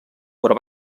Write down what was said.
però